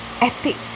epic